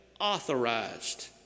authorized